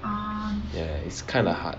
ya it's kind of hard